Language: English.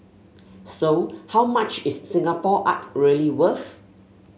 so how much is Singapore art really worth